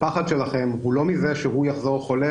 הפחד שלכם הוא לא מזה שהוא יחזור חולה